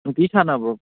ꯅꯨꯡꯇꯤꯒꯤ ꯁꯥꯟꯅꯕ꯭ꯔꯣ